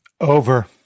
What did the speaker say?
Over